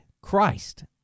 Christ